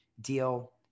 deal